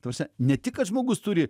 ta prasme ne tik kad žmogus turi